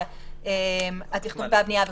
חוק התכנון והבנייה,